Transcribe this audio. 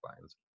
Lines